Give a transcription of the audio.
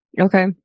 Okay